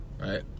right